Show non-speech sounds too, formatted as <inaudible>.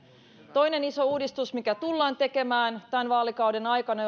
toinen iso uudistus joka tullaan tekemään tämän vaalikauden aikana <unintelligible>